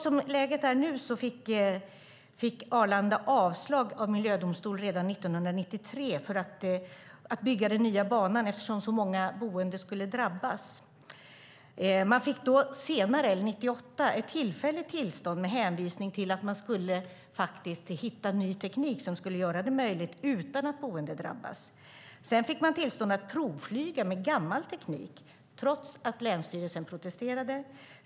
Som läget är nu fick Arlanda redan 1993 avslag av miljödomstol för att bygga den nya banan eftersom så många boende skulle drabbas. År 1998 fick man ett tillfälligt tillstånd med hänvisning till att man skulle hitta ny teknik som skulle göra det möjligt utan att boende drabbas. Sedan fick man tillstånd att provflyga med gammal teknik trots att länsstyrelsen protesterade.